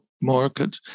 market